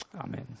Amen